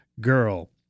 girl